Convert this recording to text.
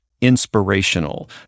inspirational